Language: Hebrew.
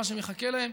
של מה שמחכה להם,